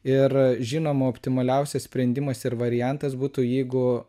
ir žinoma optimaliausias sprendimas ir variantas būtų jeigu